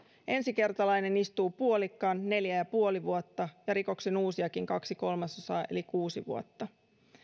ensikertalainen istuu puolikkaan neljä ja puoli vuotta ja rikoksenuusijakin kaksi kolmasosaa eli kuusi vuotta